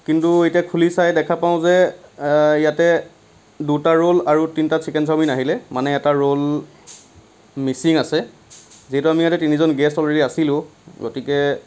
কিন্তু এতিয়া খুলি চাই দেখা পাওঁ যে ইয়াতে দুটা ৰ'ল আৰু তিনিটা চিকেন চাওমিন আহিলে মানে এটা ৰ'ল মিচিং আছে যিহেতু আমি ইয়াতে তিনিজন গেষ্ট অলৰেডি আছিলোঁ গতিকে